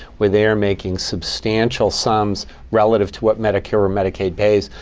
where they're making substantial sums relative to what medicare or medicaid pays,